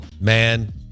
man